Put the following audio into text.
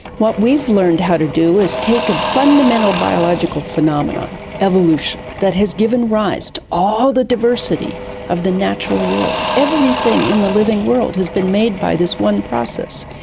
what we've learnt how to do is take a fundamental biological phenomenon, evolution, that has given rise to all the diversity of the natural world. everything in the living world has been made by this one process.